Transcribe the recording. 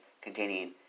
containing